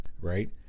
right